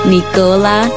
Nicola